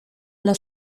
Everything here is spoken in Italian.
alla